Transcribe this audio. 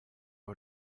out